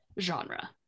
genre